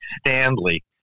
Stanley